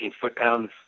foot-pounds